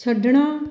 ਛੱਡਣਾ